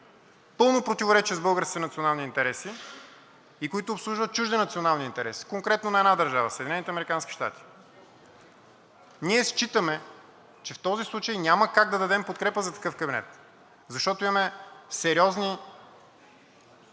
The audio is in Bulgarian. пълно противоречие с българските национални интереси и които обслужват чужди национални интереси, конкретно на една държава – Съединените американски щати. Ние считаме, че в този случай няма как да дадем подкрепа за такъв кабинет, защото имаме сериозни